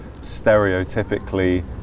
stereotypically